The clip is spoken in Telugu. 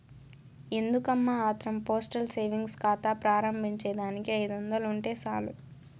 ఎందుకమ్మా ఆత్రం పోస్టల్ సేవింగ్స్ కాతా ప్రారంబించేదానికి ఐదొందలుంటే సాలు